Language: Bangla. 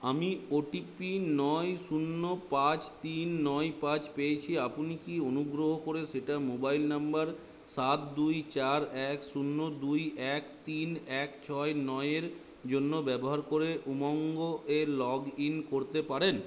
আমি ওটিপি নয় শূন্য পাঁচ তিন নয় পাঁচ পেয়েছি আপনি কি অনুগ্রহ করে সেটা মোবাইল নম্বর সাত দুই চার এক শূন্য দুই এক তিন এক ছয় নয় এর জন্য ব্যবহার করে উমঙ্গ এ লগ ইন করতে পারেন